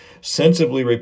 sensibly